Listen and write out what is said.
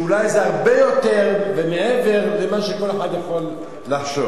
ואולי זה הרבה יותר ומעבר למה שכל אחד יכול לחשוב.